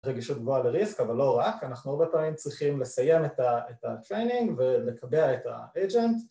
רגישות גבוהה לריסק, אבל לא רק, אנחנו הרבה פעמים צריכים לסיים את הקליינינג ולקבע את ה-agent